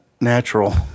natural